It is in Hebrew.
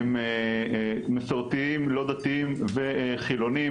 הם מסורתיים לא דתיים וחילונים,